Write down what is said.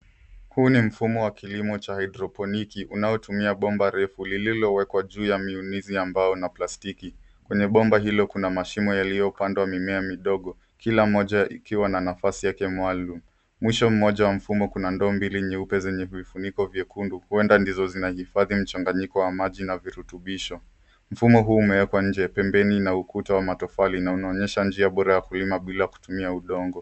Huu ni mfumo wa kilimo cha haidroponiki unaotumia bomba refu lililowekwa juu ya miunizi ya mbao na plastiki. Kwenye bomba hilo kuna mashimo yaliyopandwa mimea midogo kila moja ikiwa na nafasi yake maalum. Mwisho moja wa mfumo kuna ndoo mbili nyeupe zenye vifuniko vyekundu huenda ndizo zinahifadhi mchanganyiko wa maji na virutubisho. Mfumo huu umewekwa nje pembeni na ukuta wa matofali na unaonyesha njia bora ya kulima bila kutumia udongo.